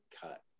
cut